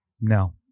no